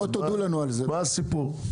מה הסיפור?